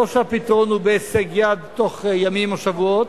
לא שהפתרון הוא בהישג יד בתוך ימים או שבועות,